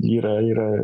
yra yra